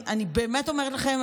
אני באמת אומרת לכם,